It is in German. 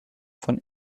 von